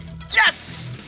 Yes